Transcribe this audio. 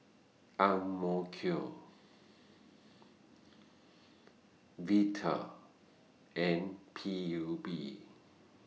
M O Q Vital and P U B